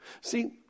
See